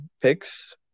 picks